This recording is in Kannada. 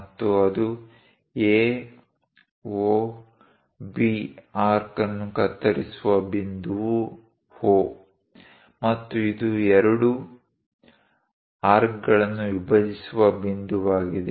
ಮತ್ತು ಅದು A O B ಆರ್ಕ್ ಅನ್ನು ಕತ್ತರಿಸುವ ಬಿಂದುವು O ಮತ್ತು ಇದು ಎರಡೂ ಆರ್ಕ್ಗಳನ್ನು ವಿಭಜಿಸುವ ಬಿಂದುವಾಗಿದೆ